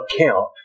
account